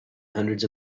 hundreds